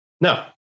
No